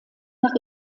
nach